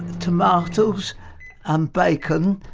tomatoes and bacon,